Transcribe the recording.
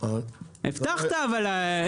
הבטחת אבל.